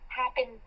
happen